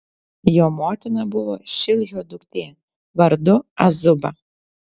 jo motina buvo šilhio duktė vardu azuba